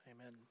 Amen